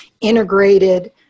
integrated